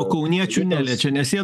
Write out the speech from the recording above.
o kauniečių neliečia nes jie